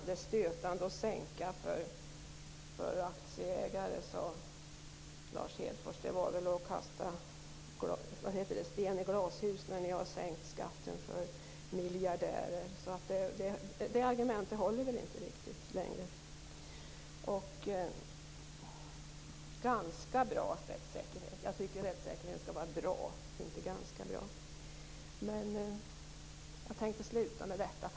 Det är stötande att sänka skatten för aktieägare, sade Lars Hedfors. Det är väl att kasta sten i glashus, när ni har sänkt skatten för miljardärer? Det argumentet håller inte riktigt längre. Lars Hedfors sade att det var ganska bra rättssäkerhet. Jag tycker att rättssäkerhet skall vara bra och inte ganska bra. Jag tänkte sluta med detta.